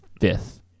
fifth